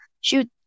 shoot